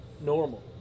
normal